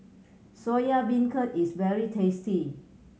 Soya Beancurd is very tasty